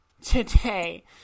today